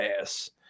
ass